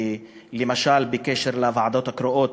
למשל בקשר לוועדות הקרואות,